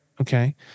Okay